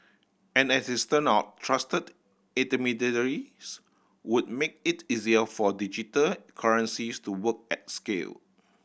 and as it turn out trusted intermediaries would make it easier for digital currencies to work at scale